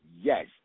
Yes